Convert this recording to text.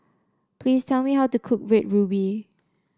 please tell me how to cook Red Ruby